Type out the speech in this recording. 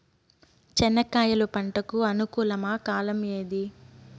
చెనక్కాయలు పంట కు అనుకూలమా కాలం ఏది?